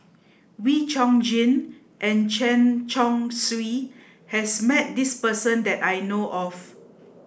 Wee Chong Jin and Chen Chong Swee has met this person that I know of